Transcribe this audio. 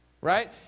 Right